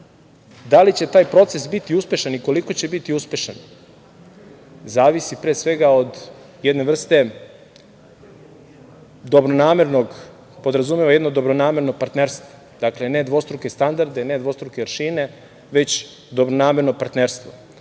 da li će taj proces biti uspešan i koliko će biti uspešan zavisi, pre svega, od jedne vrste… Podrazumeva jedno dobronamerno partnerstvo. Dakle, ne dvostruke standarde, ne dvostruke aršine, već dobronamerno partnerstvo. Naš